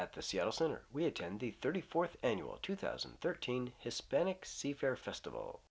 at the seattle center we attend the thirty fourth annual two thousand and thirteen hispanic seafair festival